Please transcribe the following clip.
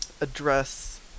address